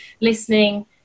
listening